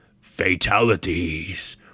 fatalities